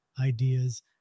ideas